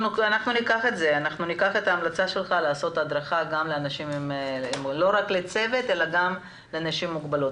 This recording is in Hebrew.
נאמץ את ההמלצה שלך לעשות הדרכה לא רק לצוות אלא גם לאנשים עם מוגבלות.